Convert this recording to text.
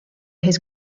his